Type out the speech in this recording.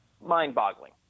mind-boggling